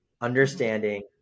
understanding